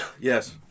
Yes